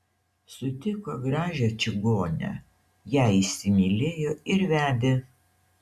sutiko gražią čigonę ją įsimylėjo ir vedė